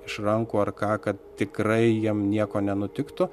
iš rankų ar ką kad tikrai jiem nieko nenutiktų